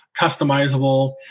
customizable